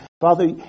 Father